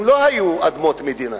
הן לא היו אדמות מדינה.